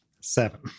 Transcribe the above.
seven